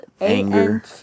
anger